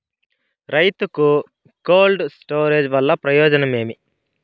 రైతుకు cold storage వల్ల ప్రయోజనం ఏమి?